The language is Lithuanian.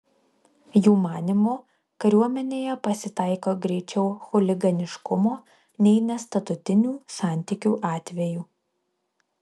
jų manymu kariuomenėje pasitaiko greičiau chuliganiškumo nei nestatutinių santykių atvejų